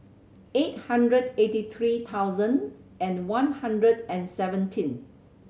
eight hundred eighty three thousand and one hundred and seventeen